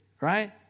right